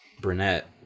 brunette